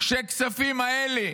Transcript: שהכספים האלה,